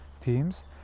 teams